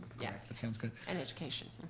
yes. that sounds good. and education,